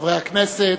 חברי הכנסת.